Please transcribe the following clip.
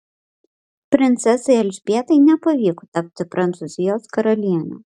princesei elžbietai nepavyko tapti prancūzijos karaliene